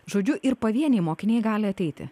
žodžiu ir pavieniai mokiniai gali ateiti